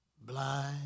Blind